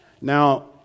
now